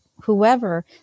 whoever